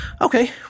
Okay